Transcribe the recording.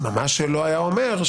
מה שלא היה אומר,